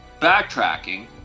backtracking